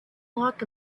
lock